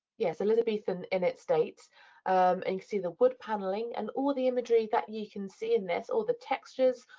yeah, it's elizabethan in its dates, um and you can see the wood paneling. and all the imagery that you can see in this, all the textures,